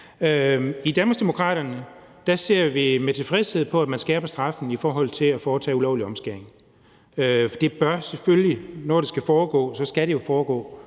I Danmarksdemokraterne ser vi med tilfredshed på, at man skærper straffen i forhold til at foretage ulovlig omskæring. For det bør selvfølgelig være sådan, at når det skal foregå, skal det foregå